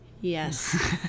Yes